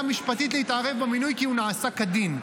משפטית להתערב במינוי כי הוא נעשה כדין.